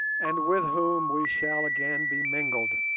and with whom we shall again be mingled,